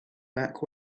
back